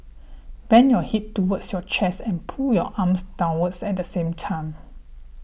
bend your hip towards your chest and pull your arms downwards at the same time